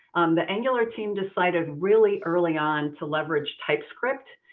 the angular team decided really early on to leverage typescript.